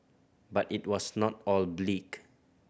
but it was not all the bleak